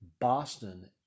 Boston